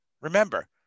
remember